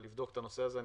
לבדוק את הנושא הזה,